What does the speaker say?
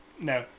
No